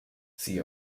sie